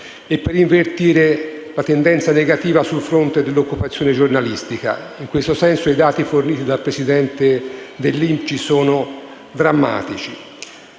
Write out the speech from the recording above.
e per invertire la tendenza negativa sul fronte dell'occupazione giornalistica. In questo senso, i dati forniti dal presidente dell'Istituto nazionale